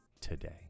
today